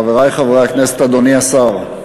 תודה לך, חברי חברי הכנסת, אדוני השר,